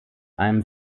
einem